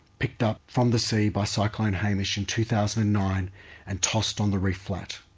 picked up from the sea by cyclone hamish in two thousand and nine and tossed on the reef flat.